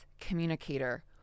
communicator